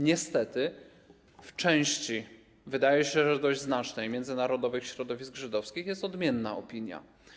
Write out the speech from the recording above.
Niestety w części, wydaje się, że dość znacznej, międzynarodowych środowisk żydowskich panuje odmienna opinia.